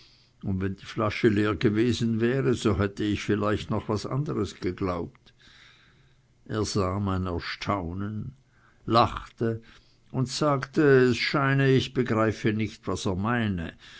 und wenn die flasche leer gewesen wäre so hätte ich vielleicht noch etwas anderes geglaubt er sah mein erstaunen lachte und sagte es scheine ich begreife nicht was er meine